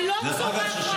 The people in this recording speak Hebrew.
אני לא צורחת.